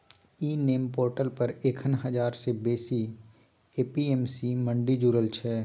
इ NAM portal पर एखन हजार सँ बेसी ए.पी.एम.सी मंडी जुरल छै